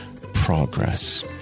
progress